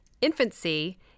infancy